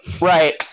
Right